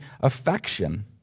affection